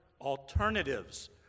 alternatives